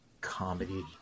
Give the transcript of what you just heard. comedy